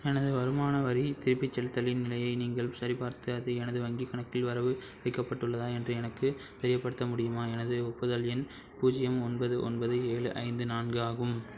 எனது வருமான வரி திருப்பிச் செலுத்துதலின் நிலையை நீங்கள் சரிபார்த்து அதை எனது வங்கிக் கணக்கில் வரவு வைக்கப்பட்டுள்ளதா என்று எனக்குத் தெரியப்படுத்த முடியுமா எனது ஒப்புதல் எண் பூஜ்ஜியம் ஒன்பது ஒன்பது ஏழு ஐந்து நான்கு ஆகும்